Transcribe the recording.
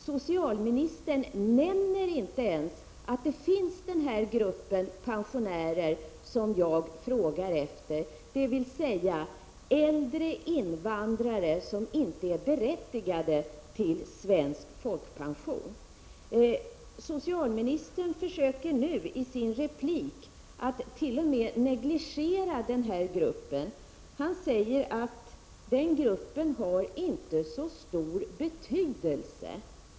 Socialministern nämnde inte ens den grupp som jag frågar efter — äldre invandrare som inte är berättigade till svensk folkpension. I sin replik försökte nu socialministern t.o.m. att negligera den här gruppen. Han sade att den gruppen inte har så stor betydelse.